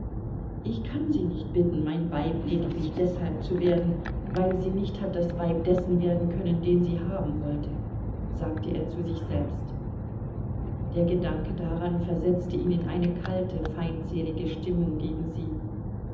ich kann sie nicht bitten mein weib lediglich deshalb zu werden weil sie nicht hat das weib dessen werden können den sie haben wollte sagte er zu sich selbst der gedanke daran versetzte ihn in eine kalte feindselige stimmung gegen sie